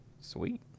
Sweet